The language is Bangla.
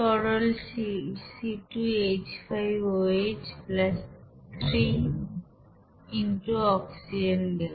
তরল C2H5OH 3 অক্সিজেন গ্যাস